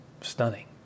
stunning